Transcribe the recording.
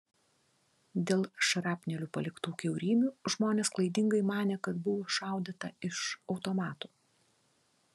dėl šrapnelių paliktų kiaurymių žmonės klaidingai manė kad buvo šaudyta iš automatų